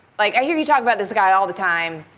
like i hear you talk about this guy all the time.